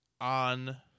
on